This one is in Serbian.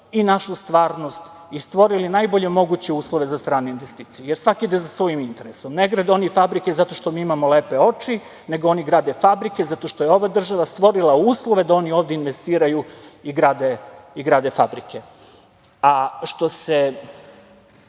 i našu stvarno i stvorili najbolje moguće uslove za strane investicije, jer svako ide za svojim interesom. Ne grade oni fabrike zato što mi imamo lepe oči nego oni grade fabrike zato što je ova država stvorila uslove da oni ovde investiraju i grade fabrike. Što se